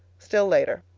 still later.